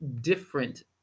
different